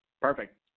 Perfect